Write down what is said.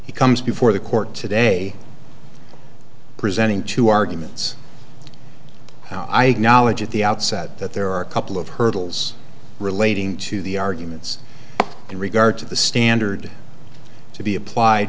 he comes before the court today presenting two arguments i acknowledge at the outset that there are a couple of hurdles relating to the arguments in regard to the standard to be applied